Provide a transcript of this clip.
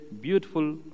beautiful